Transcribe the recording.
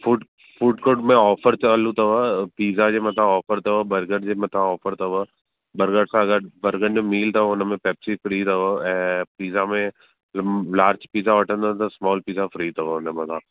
food food court में offer चालू अथव पिज़्ज़ा जे मथां ऑफर अथव बर्गर जे मथां ऑफर अथव बर्गर सां गॾु बर्गर जो मील अथव हुन में पैप्सी फ्री अथव ऐं पिज़्ज़ा में लार्ज पिज़्ज़ा वठंदव त स्मॉल पिज़्ज़ा फ्री अथव हुन मथां